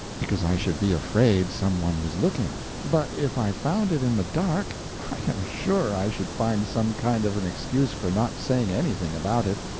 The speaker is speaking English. because i should be afraid some one was looking but if i found it in the dark, i am sure i should find some kind of an excuse for not saying anything about it.